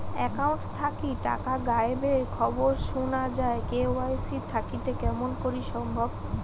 Account থাকি টাকা গায়েব এর খবর সুনা যায় কে.ওয়াই.সি থাকিতে কেমন করি সম্ভব?